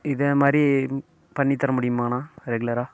இதே மாதிரி பண்ணித்தர முடியுமாண்ணா